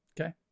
Okay